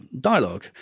dialogue